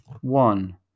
One